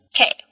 Okay